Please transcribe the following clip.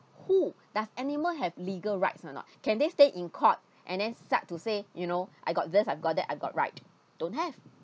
who does animal have legal rights or not can they stay in court and then start to say you know I got this I got that I got right don't have